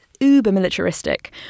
uber-militaristic